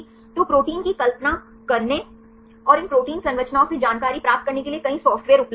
तो प्रोटीन की कल्पना करने और इन प्रोटीन संरचनाओं से जानकारी प्राप्त करने के लिए कई सॉफ्टवेयर उपलब्ध हैं